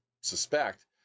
suspect